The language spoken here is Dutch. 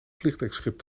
vliegdekschip